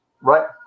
Right